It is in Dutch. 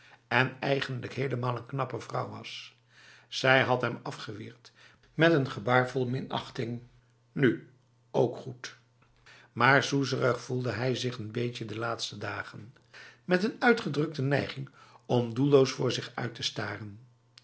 en eigenlijk helemaal een knappe vrouw was zij had hem afgeweerd met een gebaar vol minachting nu ook goed maar soezerig voelde hij zich n beetje de laatste dagen met een uitgedrukte neiging om doelloos voor zich uit te staren